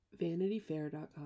VanityFair.com